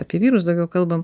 apie vyrus daugiau kalbam